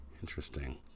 Interesting